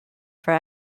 for